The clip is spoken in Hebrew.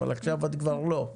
אבל עכשיו את כבר לא.